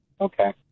Okay